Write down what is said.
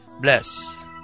Bless